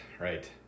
right